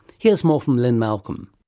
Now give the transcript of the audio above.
here's more from lynne malcolm.